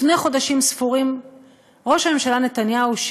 לפני חודשים ספורים ראש הממשלה נתניהו,